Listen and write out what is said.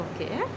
Okay